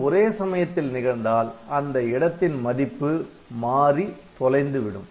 இது ஒரே சமயத்தில் நிகழ்ந்தால் அந்த இடத்தின் மதிப்பு மாறி தொலைந்துவிடும்